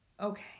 Okay